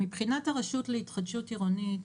מבחינת הרשות להתחדשות עירונית,